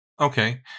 Okay